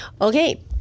Okay